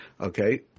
Okay